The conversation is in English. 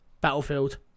Battlefield